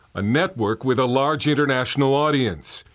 a network with a large international audience.